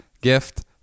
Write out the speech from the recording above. gift